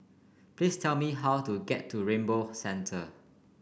please tell me how to get to Rainbow Centre